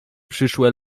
przyszłe